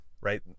right